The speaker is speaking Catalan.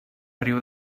riu